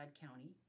County